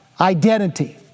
Identity